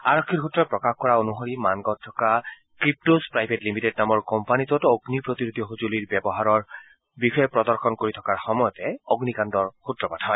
আৰক্ষীৰ সূত্ৰই প্ৰকাশ কৰা অনুসৰি মানগাঁৱত থকা ক্ৰিপট্টিজ্ প্ৰাইভেট লিমিটেড নামৰ কোম্পানীটোত অগ্নি প্ৰতিৰোধী সঁজুলিৰ ব্যৱহাৰ বিষয়ে প্ৰদৰ্শন কৰি থকাৰ সময়তে অগ্নিকাণ্ডৰ সূত্ৰপাত হয়